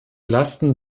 lasten